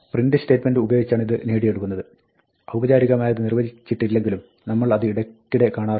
print statement ഉപയോഗിച്ചാണ് ഇത് നേടിയെടുക്കുന്നത് ഔപചാരികമായി അത് നിർവ്വചിച്ചിട്ടില്ലെങ്കിലും അത് നമ്മൾ ഇടയ്ക്കിടെ കാണാറുണ്ട്